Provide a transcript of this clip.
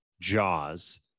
Jaws